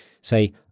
Say